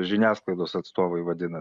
žiniasklaidos atstovai vadina